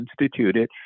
instituted